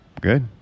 Good